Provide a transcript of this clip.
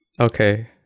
Okay